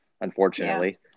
unfortunately